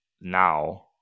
Now